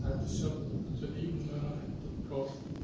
তাৰপিছত যদি উন্নয়নৰ ক্ষেত্ৰত কওঁ